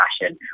fashion